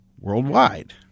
worldwide